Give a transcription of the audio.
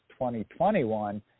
2021